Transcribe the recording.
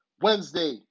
Wednesday